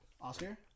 Oscar